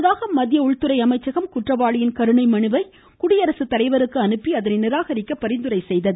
முன்னதாக மத்திய உள்துறை அமைச்சகம் குற்றவாளியின் கருணை மனுவை குடியரசு தலைவருக்கு அனுப்பி அதனை நிராகரிக்க பரிந்துரை செய்தது